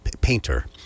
painter